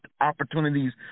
opportunities